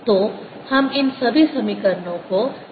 तो हम इन सभी समीकरणों को फिर से लिखते हैं